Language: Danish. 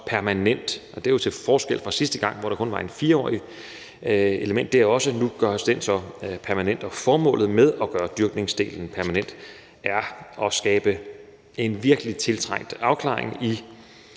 permanent. Og det er jo til forskel fra sidste gang, hvor der kun var tale om et 4-årigt element. Det gøres så nu permanent. Formålet med at gøre dyrkningsdelen permanent er at skabe en virkelig tiltrængt afklaring i